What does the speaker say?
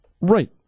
Right